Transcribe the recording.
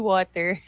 Water